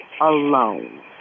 alone